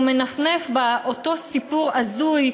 שהוא מנפנף באותו סיפור הזוי,